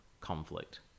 conflict